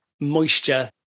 moisture